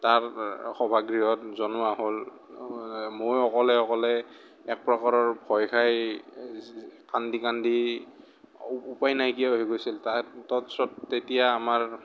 তাৰ সভা গৃহত জনোৱা হ'ল মই অকলে অকলে এক প্ৰকাৰৰ ভয় খাই কান্দি কান্দি উপায় নাইকিয়া হৈ গৈছিল স্বত তেতিয়া আমাৰ